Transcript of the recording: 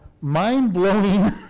mind-blowing